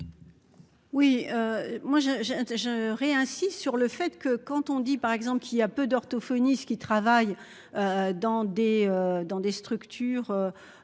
un, je ré-insiste sur le fait que quand on dit par exemple qu'il a peu d'orthophonistes qui travaillent. Dans des, dans des structures.